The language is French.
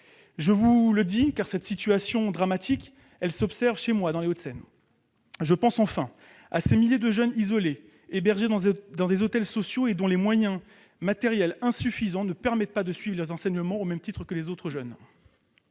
Je vous le dis, car cette situation dramatique s'observe chez moi, dans les Hauts-de-Seine. Je pense enfin à ces milliers de jeunes isolés, hébergés dans des hôtels sociaux et dont les moyens matériels insuffisants ne permettent pas de suivre leurs enseignements au même titre que les autres jeunes.